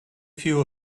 few